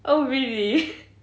oh really